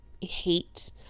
hate